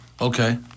Okay